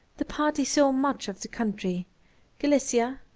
the party saw much of the country galicia,